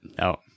No